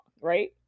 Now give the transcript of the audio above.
right